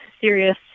serious